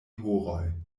horoj